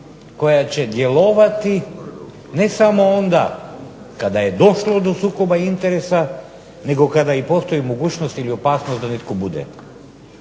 koje će djelovati ne samo onda kada je došlo do sukoba interesa, nego kada postoji mogućnost ili opasnost da netko bude